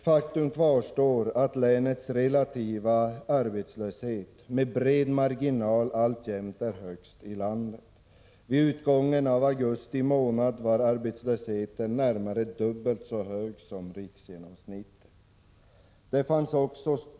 Faktum kvarstår att länets relativa arbetslöshet med bred marginal alltjämt är högst i landet. Vid utgången av augusti månad var arbetslösheten närmare dubbelt så hög som den genomsnittliga arbetslösheten i riket.